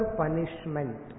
punishment